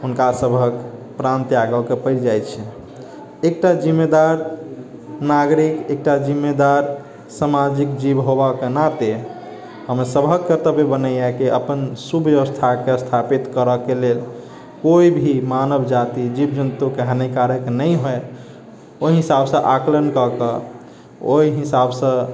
हुनका सभहक प्राण त्यागैके पड़ि जाइ छन्हि एकटा जिम्मेदार नागरिक एकटा जिम्मेदार सामाजिक जीव हेबाके नाते हमर सभक कर्तव्य बनैए कि सुव्यवस्थाके स्थापित करैके लेल केओ भी मानव जाति जीव जन्तुके हानिकारक नहि होइत ओहि हिसाबसँ आकलन कै कऽ ओहि हिसाबसँ